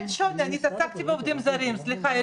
בנושא עובדים זרים הרבה זמן,